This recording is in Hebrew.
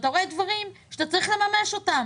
אתה רואה דברים שאתה צריך לממש אותם.